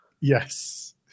Yes